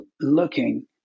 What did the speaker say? looking